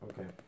Okay